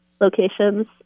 locations